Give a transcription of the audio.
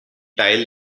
tile